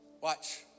Watch